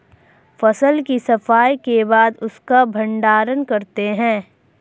फसल की सफाई के बाद उसका भण्डारण करते हैं